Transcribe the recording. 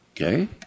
Okay